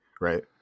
Right